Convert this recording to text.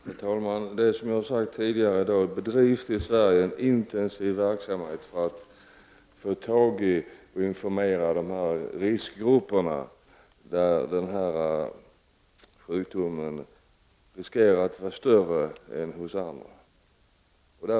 Herr talman! Som jag sade tidigare bedrivs i Sverige en intensiv verksamhet för att informera riskgrupperna, där sjukdomen kan antas vara mer vanlig än på andra håll.